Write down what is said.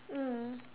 mm